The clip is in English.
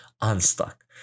unstuck